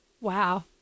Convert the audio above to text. Wow